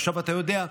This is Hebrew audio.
עכשיו אתה יודע,